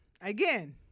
again